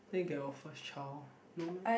then you get your first child no meh